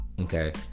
Okay